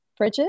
fridges